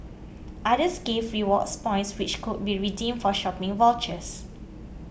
others gave rewards points which could be redeemed for shopping vouchers